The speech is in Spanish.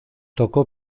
tocó